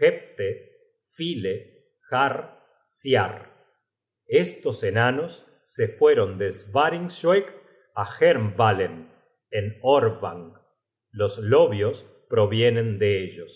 hepte file harr siar estos enanos se fueron de svaringshoeg á jernvallen en oervang los lovios provienen de ellos